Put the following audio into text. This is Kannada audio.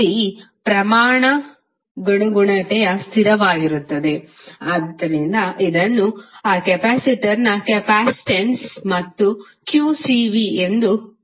C ಪ್ರಮಾಣಾನುಗುಣತೆಯ ಸ್ಥಿರವಾಗಿರುತ್ತದೆ ಇದನ್ನು ಆ ಕೆಪಾಸಿಟರ್ನ ಕೆಪಾಸಿಟನ್ಸ್ ಮತ್ತು qCv ಎಂದು ಕರೆಯಲಾಗುತ್ತದೆ